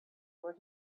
where